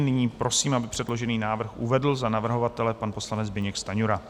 Nyní prosím, aby předložený návrh uvedl za navrhovatele pan poslanec Zbyněk Stanjura.